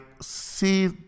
see